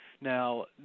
Now